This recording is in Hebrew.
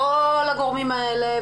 כל הגורמים האלה,